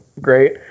great